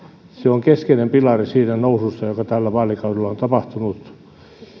on keskeinen pilari siinä nousussa joka tällä vaalikaudella on tapahtunut